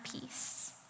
peace